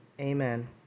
Amen